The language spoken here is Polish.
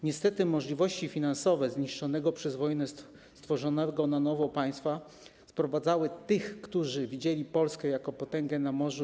Niestety możliwości finansowe zniszczonego przez wojnę, tworzonego na nowo państwa sprowadzały na ziemię tych, którzy widzieli Polskę jako potęgę na morzu.